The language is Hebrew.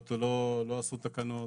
לא עשו תקנות.